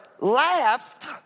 laughed